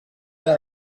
era